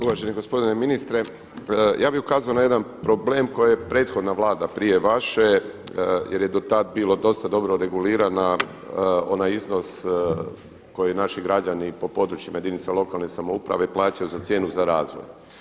Uvaženi gospodine ministre, ja bi ukazao na jedan problem koji je prethodna Vlada prije vaše, jer je dotad bilo dosta dobro reguliran onaj iznos koji naši građani po područjima jedinica lokalne samouprave plaćaju za cijenu za razvoj.